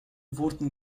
wurden